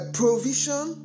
provision